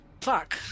Fuck